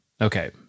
Okay